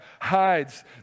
hides